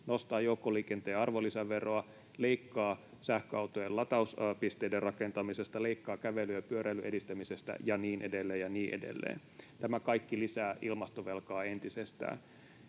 nostaa joukkoliikenteen arvonlisäveroa, leikkaa sähköautojen latauspisteiden rakentamisesta, leikkaa kävelyn ja pyöräilyn edistämisestä ja niin edelleen ja niin edelleen. Tämä kaikki lisää ilmastovelkaa entisestään.